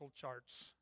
charts